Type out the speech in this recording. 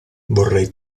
vorrei